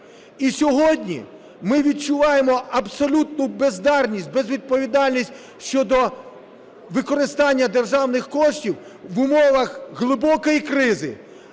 І сьогодні ми відчуваємо абсолютну бездарність, безвідповідальність щодо використання державних коштів в умовах глибокої кризи.